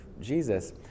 Jesus